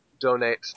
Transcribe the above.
donate